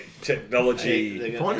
technology